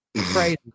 crazy